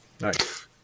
Nice